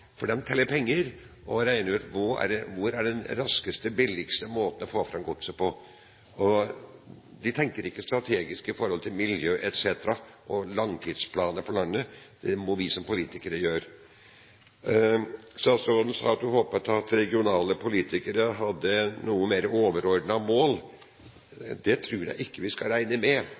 for de teller penger og regner ut den raskeste og billigste måten å få fram godset på. De tenker ikke strategisk med hensyn til miljø, langtidsplaner for landet, etc. – det må vi som politikere gjøre. Statsråden sa at hun håpet at regionale politikere hadde noe mer overordnede mål. Det tror jeg ikke vi skal regne med.